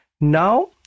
now